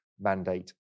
mandate